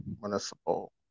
Municipal